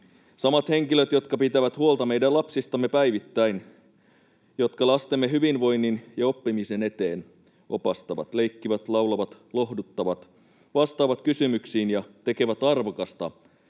Samat henkilöt, jotka pitävät huolta meidän lapsistamme päivittäin, jotka lastemme hyvinvoinnin ja oppimisen eteen opastavat, leikkivät, laulavat, lohduttavat, vastaavat kysymyksiin ja tekevät arvokasta